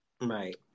right